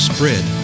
Spread